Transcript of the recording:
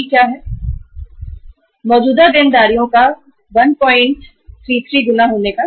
क्यों चालू संपत्तियों को वर्तमान देयता का 133 गुना होना चाहिए